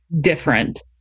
different